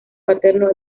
paterno